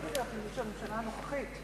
לא בגלל הממשלה הנוכחית.